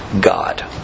God